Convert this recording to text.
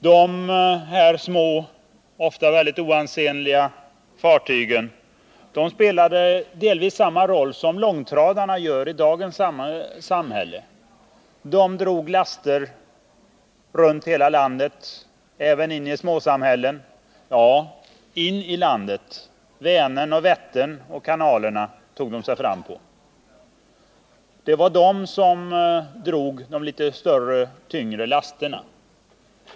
De här små, ofta väldigt oansenliga fartygen spelade delvis samma roll som långtradarna gör i dagens samhälle. De drog laster runt hela landet, även in i små samhällen och in i landet. De tog sig fram på Vänern, Vättern och kanalerna. Det var de som drog de litet större och tyngre lasterna.